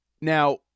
Now